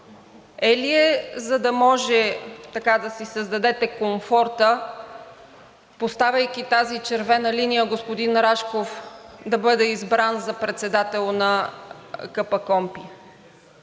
Е ли е, за да може да си създадете комфорта, поставяйки тази червена линия, господин Рашков да бъде избран за председател на КПКОНПИ,